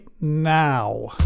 now